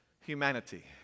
humanity